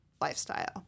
lifestyle